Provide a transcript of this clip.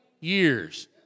years